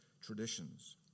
traditions